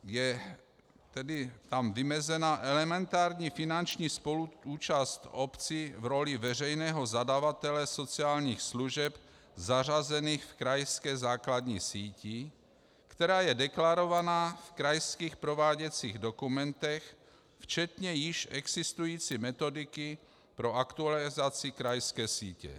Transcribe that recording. Je tam vymezena elementární finanční spoluúčast obcí v roli veřejného zadavatele sociálních služeb zařazených v krajské základní síti, která je deklarována v krajských prováděcích dokumentech včetně již existující metodiky pro aktualizaci krajské sítě.